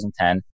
2010